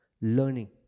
Learning